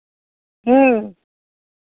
ह्म्म